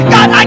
God